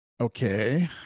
Okay